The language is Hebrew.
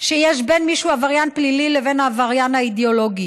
שיש בין מי שהוא עבריין פלילי לבין העבריין האידיאולוגי,